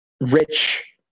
rich